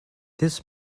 this